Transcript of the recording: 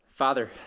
Father